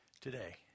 today